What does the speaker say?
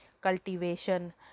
cultivation